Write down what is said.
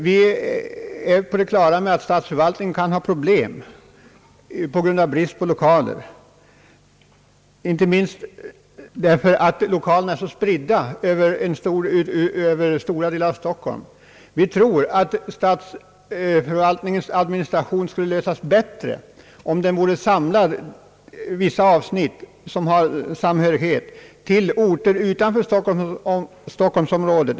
Vi är på det klara med att statsförvaltningen kan ha problem på grund av brist på lokaler, inte minst därför att lokalerna är spridda över stora delar av Stockholm. Vi tror att statsförvaltningens administration skulle kunna ordnas bättre om vissa avsnitt av densamma som hör ihop vore förlagd till orter utanför stockholmsområdet.